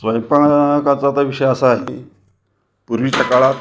स्वयंपाकाचा तर विषय असा आहे पूर्वीच्या काळात